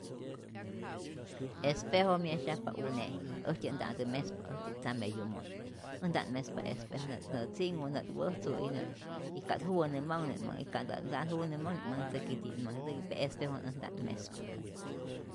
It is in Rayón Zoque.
Espejo myesyajpa une', äjtyät nta'ntä mespa, äjtyät tzame yomo'ntät, äj nta't mespa espejo, nä't nä't tzinhu, nä't wäjtzu y nä't ka't juwä nu manh nä manh y ka'nta nta't juwä nä manh, nä't manh ntzäki tiyä't nä manh ntzäki pe espejo ät nta't mespa.